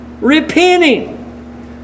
Repenting